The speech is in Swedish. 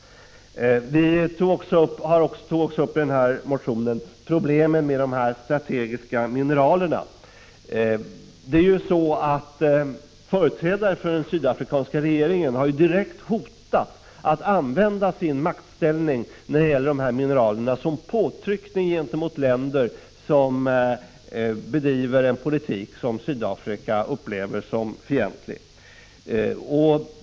Vi tog i motionen också upp problemet med de strategiska mineralerna. Företrädare för den sydafrikanska regeringen har ju direkt hotat att använda sin maktställning när det gäller de här mineralerna som en påtryckning gentemot länder som bedriver en politik som Sydafrika upplever som fientlig.